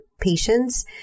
patients